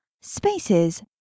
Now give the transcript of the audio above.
Spaces